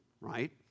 right